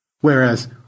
Whereas